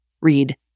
Read